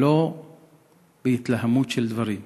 ולא בהתלהמות של דברים.